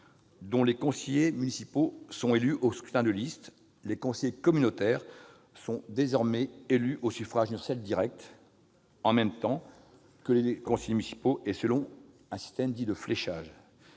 dont les conseils municipaux sont élus au scrutin de liste, les conseillers communautaires sont désormais élus au suffrage universel direct, en même temps que les conseillers municipaux et selon un système dit de fléchage